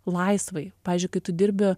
laisvai pavyzdžiui kai tu dirbi